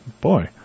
boy